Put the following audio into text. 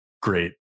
great